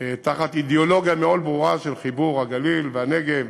תחת אידיאולוגיה מאוד ברורה של חיבור הגליל והנגב,